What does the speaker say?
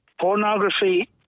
Pornography